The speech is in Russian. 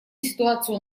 ситуацию